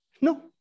No